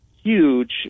huge